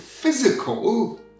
physical